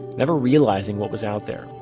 never realizing what was out there?